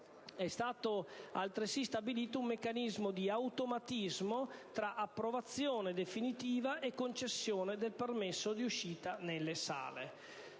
È stato altresì stabilito un meccanismo di automatismo tra approvazione definitiva e concessione del permesso di uscita nelle sale;